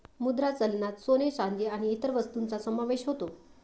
मुद्रा चलनात सोने, चांदी आणि इतर वस्तूंचा समावेश होतो